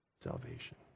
salvation